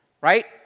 Right